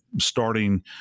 starting